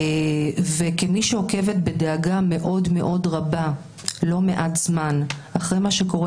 וכמי שעוקבת בדאגה מאוד-מאוד רבה לא מעט זמן אחרי מה שקורה